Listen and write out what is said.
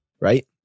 right